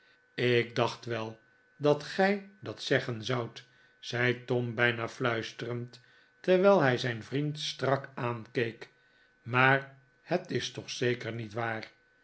ik dacht wel dat gij dat zeggen zoudt zei tom bijna fluisterend terwijl hij zijn vriend strak aankeek maar het is toch zeker niet waar